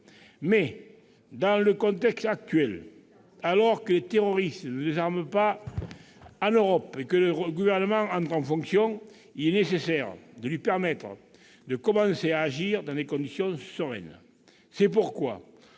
dans le contexte actuel, alors que les terroristes ne désarment pas en Europe et que le Gouvernement entre en fonction, il est nécessaire de lui permettre de commencer à agir dans des conditions sereines. C'est pourquoi,